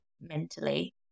mentally